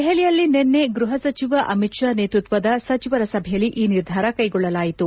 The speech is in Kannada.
ದೆಹಲಿಯಲ್ಲಿ ನಿನ್ನೆ ಗೃಹ ಸಚಿವ ಅಮಿತ್ ಶಾ ನೇತೃತ್ವದ ಸಚಿವರ ಸಭೆಯಲ್ಲಿ ಈ ನಿರ್ಧಾರ ಕೈಗೊಳ್ಳಲಾಯಿತು